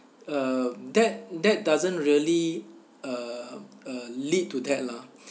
uh that that doesn't really uh uh lead to that lah